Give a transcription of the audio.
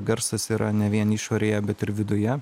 garsas yra ne vien išorėje bet ir viduje